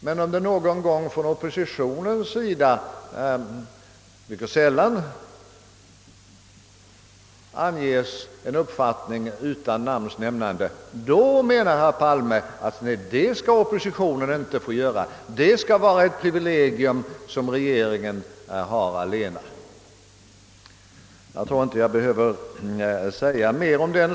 Men om det någon gång från oppositionens sida — vilket händer mycket sällan — skulle anges en uppfattning utan namns nämnande, då menar herr Palme att oppositionen inte skall få göra det. Detta skall tydligen vara ett privilegium allenast för regeringen.